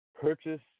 purchase